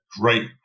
Great